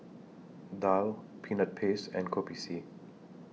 Daal Peanut Paste and Kopi C